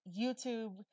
YouTube